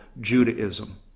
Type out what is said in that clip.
Judaism